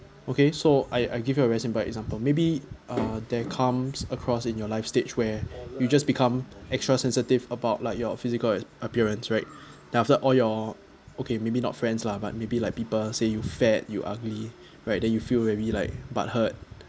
okay so I I give you a very simple example maybe uh that comes across in your life stage where you just become extra sensitive about like your physical appearance right then after all your okay maybe not friends lah but maybe like people say you fat you ugly right then you feel very like butthurt